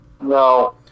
No